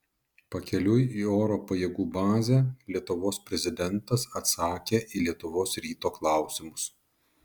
pakeliui į oro pajėgų bazę lietuvos prezidentas atsakė į lietuvos ryto klausimus